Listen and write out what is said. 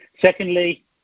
Secondly